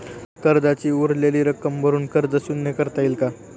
कर्जाची उरलेली रक्कम भरून कर्ज शून्य करता येईल का?